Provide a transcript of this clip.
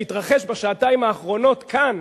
שהתרחש בשעתיים האחרונות כאן,